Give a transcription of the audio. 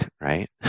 right